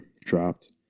dropped